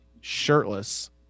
shirtless